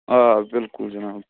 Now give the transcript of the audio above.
آ بِلکُل جِناب